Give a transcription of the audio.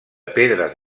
pedres